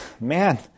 Man